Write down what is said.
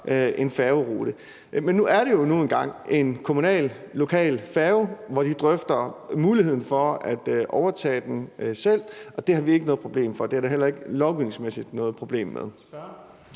en færgerute. Men det er jo nu engang en kommunal, lokal færge, som de drøfter muligheden for at overtage selv, og det har vi ikke noget problem med. Det er der heller ikke lovgivningsmæssigt noget problem med.